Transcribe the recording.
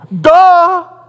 Duh